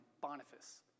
Boniface